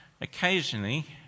occasionally